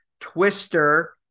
Twister